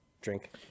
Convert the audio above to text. drink